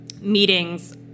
meetings